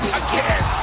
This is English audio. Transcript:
again